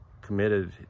committed